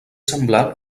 semblant